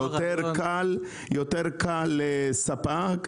יותר לקל לספק,